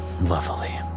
Lovely